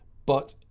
but,